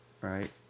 right